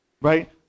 right